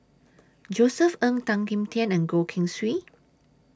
Josef Ng Tan Kim Tian and Goh Keng Swee